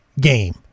game